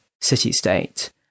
city-state